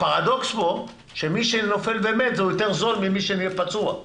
הפרדוקס פה הוא שמי שנופל ומת יותר זול מאשר מי שפצוע.